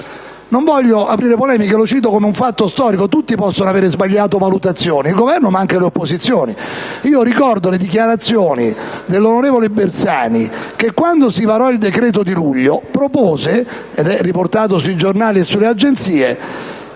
Non voglio aprire polemiche, lo cito come un fatto storico: tutti possono aver sbagliato valutazione, il Governo ma anche le opposizioni. Ricordo le dichiarazioni dell'onorevole Bersani che, quando si varò il decreto di luglio, propose - come riportato sui giornali e sulle agenzie